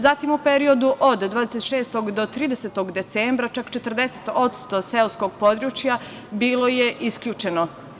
Zatim, u periodu od 26. do 30. decembra čak 40% seoskog područja bilo je isključeno.